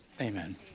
Amen